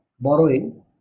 borrowing